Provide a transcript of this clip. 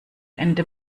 ende